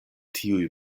tiuj